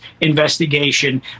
investigation